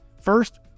First